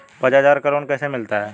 पचास हज़ार का लोन कैसे मिलता है?